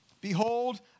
Behold